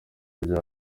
bya